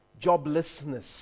Joblessness